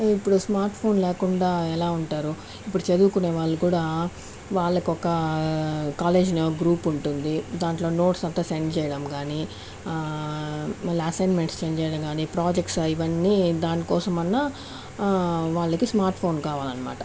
ఇప్పుడు smart phone లేకుండా ఎలా ఉంటారు ఇప్పుడు చదువుకునే వాళ్ళు కూడా వాళ్లకు ఒక కాలేజీలో గ్రూప్ ఉంటుంది దాంట్లో నోడ్స్ అంత సెండ్ చేయడం కానీ మళ్ళీ అసైన్మెంట్స్ సెండ్ చేయడం కానీ ప్రాజెక్ట్స్ ఇవన్నీ కూడా దాని కోసం అన్నా వాళ్ళకి స్మార్ట్ ఫోన్ కావాలన్నమాట